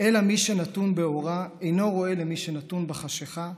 "אלא מי שנתון באורה אינו רואה למי שנתון בחשכה,